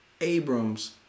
Abram's